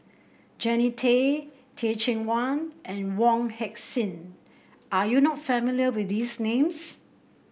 Jannie Tay Teh Cheang Wan and Wong Heck Sing are you not familiar with these names